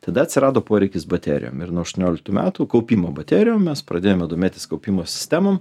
tada atsirado poreikis baterijom ir nuo aštuonioliktų metų kaupimo baterijom mes pradėjome domėtis kaupimo sistemom